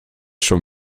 schon